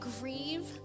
grieve